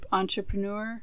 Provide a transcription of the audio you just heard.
entrepreneur